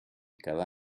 cada